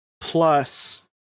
plus